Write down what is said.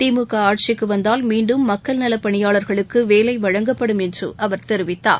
திமுக ஆட்சிக்கு வந்தால் மீண்டும் மக்கள் நலப்பணியாளர்களுக்கு வேலை வழங்கப்படும் என்று அவர் தெரிவித்தார்